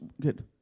good